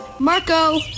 Marco